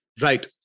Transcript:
Right